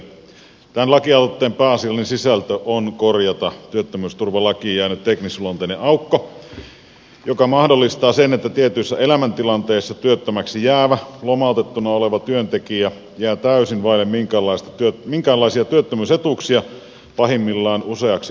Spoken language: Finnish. tämän lakialoitteen pääasiallinen sisältö on korjata työttömyysturvalakiin jäänyt teknisluonteinen aukko joka mahdollistaa sen että tietyissä elämäntilanteissa työttömäksi jäävä lomautettuna oleva työntekijä jää täysin vaille minkäänlaisia työttömyysetuuksia pahimmillaan useaksi kuukaudeksi